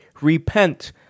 Repent